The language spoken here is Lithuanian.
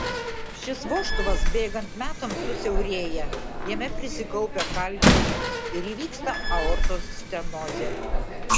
šis vožtuvas bėgant metams susiaurėja jame prisikaupia kalkių ir įvyksta aortos stenozė